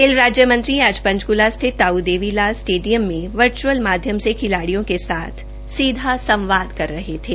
खेल राजय मंत्री आज ांचकूला स्थित ताऊ देवी लाल स्टेडियम में वर्च्अल माध्यम से खिलाडिय़ों के साथ सीधा संवाद कर रहे थे